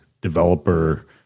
developer